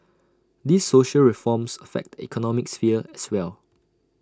these social reforms affect the economic sphere as well